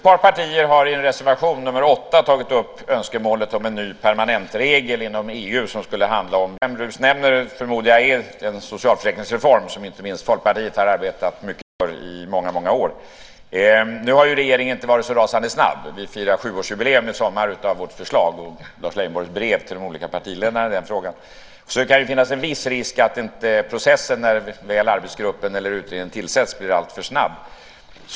Fru talman! Den totala översyn som Sven Brus nämner förmodar jag är den socialförsäkringsreform som inte minst Folkpartiet har arbetat för i många år. Nu har regeringen inte varit så rasande snabb. Vi firar i sommar sjuårsjubileum av vårt förslag och Lars Leijonborgs brev till de olika partiledarna i den frågan. Det kan finnas en viss risk att processen när väl arbetsgruppen eller utredningen tillsätts inte blir alltför snabb.